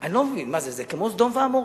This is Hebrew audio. אני לא מבין מה זה, זה כמו סדום ועמורה.